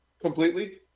completely